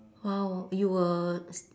!wow! you were